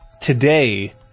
today